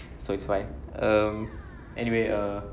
so it's fine um anyway uh